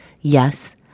Yes